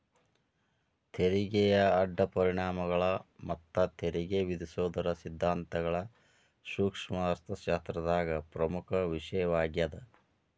ತೆರಿಗೆಯ ಅಡ್ಡ ಪರಿಣಾಮಗಳ ಮತ್ತ ತೆರಿಗೆ ವಿಧಿಸೋದರ ಸಿದ್ಧಾಂತಗಳ ಸೂಕ್ಷ್ಮ ಅರ್ಥಶಾಸ್ತ್ರದಾಗ ಪ್ರಮುಖ ವಿಷಯವಾಗ್ಯಾದ